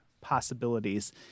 possibilities